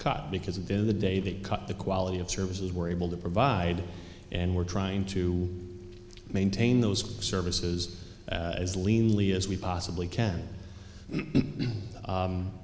cut because of in the day that cut the quality of services we're able to provide and we're trying to maintain those services as leanly as we possibly can